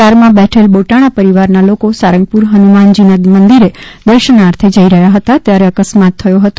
કારમાં બેઠેલ બોટાણા પરીવારના લોકો સારંગપુર ફનુમાનજીના મંદિરે દર્શનાર્થે જઈ રહ્યા હતા ત્યારે આ અકસ્માત સર્જાયો હતો